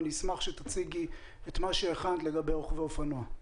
אני אשמח שתציגי את מה שהכנת לגבי רוכבי אופנוע.